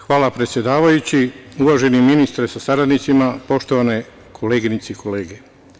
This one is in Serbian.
Hvala predsedavajući, uvaženi ministre sa saradnicima, poštovane koleginice i kolege.